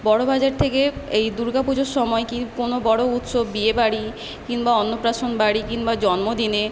বড়ো বাজার থেকে এই দুর্গাপুজোর সময় কি কোনো বড়ো উৎসব বিয়ে বাড়ি কিংবা অন্নপ্রাশন বাড়ি কিংবা জন্মদিনে